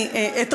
אני אתרצה,